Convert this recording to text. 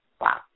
Wow